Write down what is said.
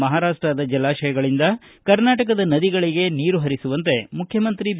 ಮಹಾರಾಷ್ವದ ಜಲಾಶಯಗಳಿಂದ ಕರ್ನಾಟಕದ ನದಿಗಳಿಗೆ ನೀರು ಪರಿಸುವಂತೆ ಮುಖ್ಯಮಂತ್ರಿ ಬಿ